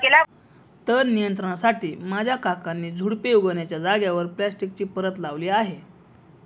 तण नियंत्रणासाठी माझ्या काकांनी झुडुपे उगण्याच्या जागेवर प्लास्टिकची परत लावली आहे